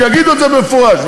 שיגידו את זה במפורש,